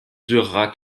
dura